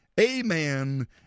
Amen